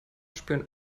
spüren